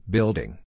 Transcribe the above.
Building